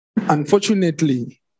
unfortunately